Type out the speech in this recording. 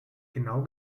genau